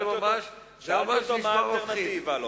זה ממש נשמע מפחיד.